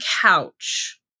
couch